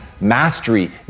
mastery